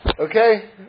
Okay